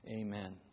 amen